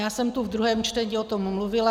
Já jsem tu v druhém čtení o tom mluvila.